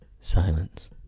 Silence